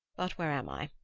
but where am i?